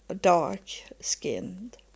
dark-skinned